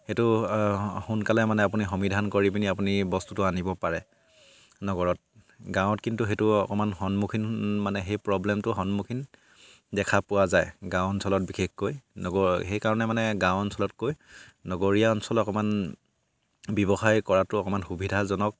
সেইটো সোনকালে মানে আপুনি সমিধান কৰি আপুনি বস্তুটো আনিব পাৰে নগৰত গাঁৱত কিন্তু সেইটো অকমান সন্মুখীন মানে সেই প্ৰব্লেমটো সন্মুখীন দেখা পোৱা যায় গাঁও অঞ্চলত বিশেষকৈ নগৰ সেইকাৰণে মানে গাঁও অঞ্চলতকৈ নগৰীয়া অঞ্চল অকমান ব্যৱসায় কৰাটো অকমান সুবিধাজনক